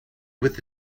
with